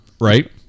right